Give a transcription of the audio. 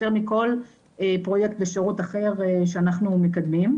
יותר מכל פרוייקט ושירות אחר שאנחנו מקדמים.